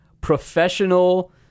professional